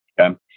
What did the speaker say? Okay